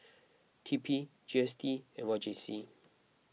T P G S T and Y J C